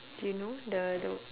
you know the the